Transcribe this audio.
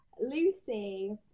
Lucy